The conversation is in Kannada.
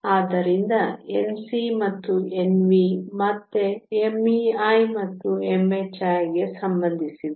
ಆದ್ದರಿಂದ Nc ಮತ್ತು Nv ಮತ್ತೆ mei ಮತ್ತು mhi ಗೆ ಸಂಬಂಧಿಸಿವೆ